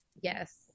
Yes